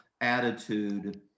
attitude